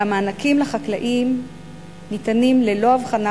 המענקים לחקלאים ניתנים ללא הבחנה